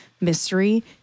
mystery